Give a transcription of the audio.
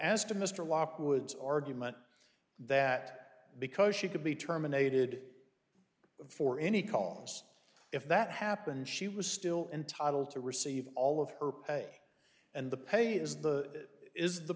as to mr lockwood's argument that because she could be terminated for any cause if that happened she was still entitled to receive all of her pay and the pay is the is the